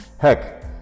Heck